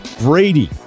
Brady